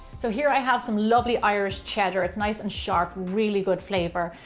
so here i have some lovely irish cheddar, it's nice and sharp, really good flavor.